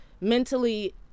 mentally